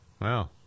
Wow